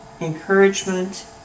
encouragement